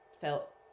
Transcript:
felt